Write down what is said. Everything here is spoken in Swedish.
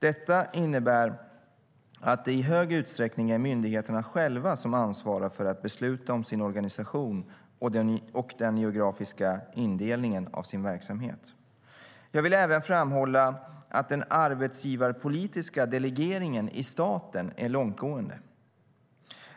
Detta innebär att det i hög utsträckning är myndigheterna själva som ansvarar för att besluta om sin organisation och den geografiska indelningen av sin verksamhet. Jag vill även framhålla att den arbetsgivarpolitiska delegeringen i staten är långtgående.